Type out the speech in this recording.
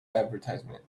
advertisement